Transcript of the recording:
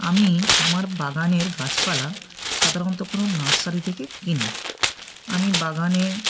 আমি আমার বাগানের গাছপালা সাধারণত কোনো নার্সারি থেকে কিনি আমি বাগানে